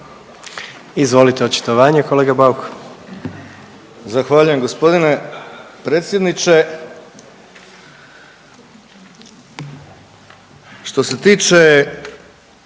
Izvolite očitovanje kolega Bauk.